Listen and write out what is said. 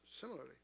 similarly